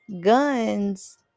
guns